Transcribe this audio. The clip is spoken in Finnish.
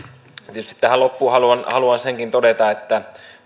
tietysti tähän loppuun haluan senkin todeta että